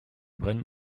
brennen